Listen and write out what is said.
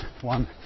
one